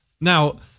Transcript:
Now